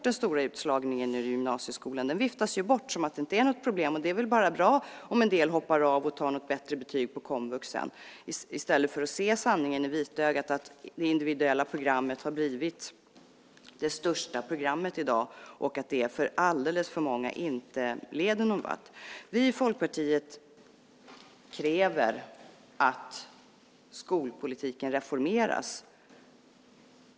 Den stora utslagningen från gymnasieskolan viftas bort. Den viftas bort som att det inte är något problem, att det bara är bra om en del hoppar av och tar ett bättre betyg senare på komvux. I stället borde man se sanningen i vitögat, att det individuella programmet har blivit det största programmet i dag och att det för alldeles för många inte leder någonvart. Vi i Folkpartiet kräver att skolpolitiken reformeras.